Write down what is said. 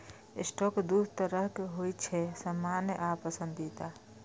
stock दू तरहक होइ छै, सामान्य आ पसंदीदा